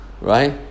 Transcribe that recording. right